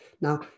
Now